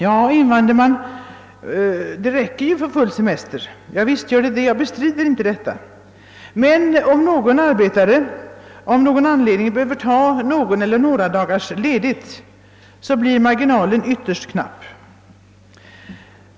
Ja, invänder man, det räcker ju för full semester. Visst gör det det; jag bestrider inte detta. Men om en arbetare av någon anledning behöver ta någon dags eller några dagars ledighet blir marginalen ytterst knapp.